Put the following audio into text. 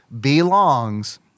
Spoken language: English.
belongs